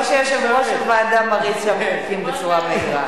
או שיושב-ראש הוועדה מריץ שם חוקים בצורה מהירה.